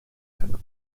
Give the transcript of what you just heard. seiner